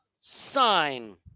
sign